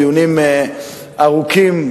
דיונים ארוכים,